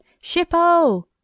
ship-o